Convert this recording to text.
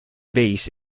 base